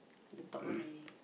the top one already